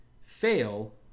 Fail